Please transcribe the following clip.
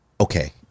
Okay